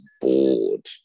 bored